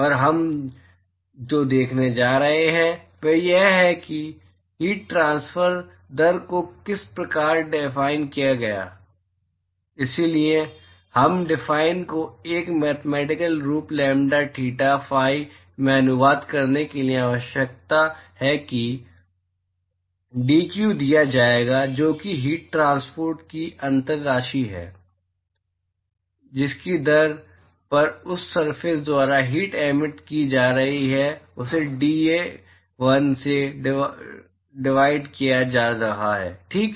और हम जो देखने जा रहे हैं वह यह है को हीट ट्रांसफर दर को किस प्रकार डिफाइन किया जाए इसलिए इस डिफाइन को एक मैथमैटिकल रूप लैम्ब्डा थीटा फाई में अनुवाद करने की आवश्यकता है ताकि डीक्यू दिया जाएगा जो कि हीट ट्रांसपोर्ट की अंतर राशि है जिस दर पर उस सरफेस द्वारा हीट एमिट की जा रही है उसे डीए 1 से डिवाइड किया जा रहा है ठीक है